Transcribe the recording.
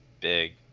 big